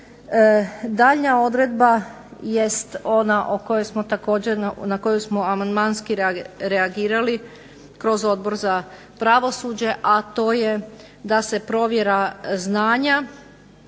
Daljnja odredba jest ona na koju smo amandmanski reagirali kroz Odbor za pravosuđe, a to je da se provjera znanja